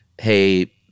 hey